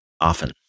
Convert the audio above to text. Often